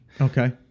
Okay